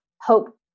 hope